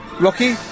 Rocky